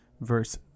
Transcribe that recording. verse